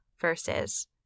versus